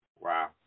Wow